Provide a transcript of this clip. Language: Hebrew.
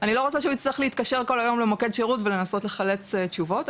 אני לא רוצה שהוא יצטרך להתקשר כל היום למוקד שירות ולנסות לחלץ תשובות.